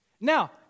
Now